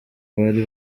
bari